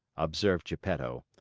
observed geppetto,